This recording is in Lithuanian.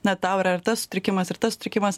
na tau yra ir tas sutrikimas ir tas sutrikimas